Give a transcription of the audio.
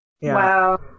Wow